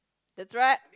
that's right